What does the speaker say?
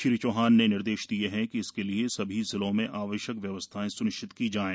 श्री चौहान ने निर्देश दिये कि इसके लिए सभी जिलों में आवश्यक व्यवस्थाएँ सुनिश्चित की जाएं